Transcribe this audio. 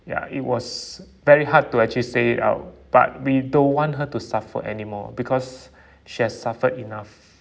ya it was very hard to actually say it out but we don't want her to suffer anymore because she has suffered enough